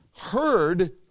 heard